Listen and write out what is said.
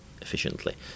efficiently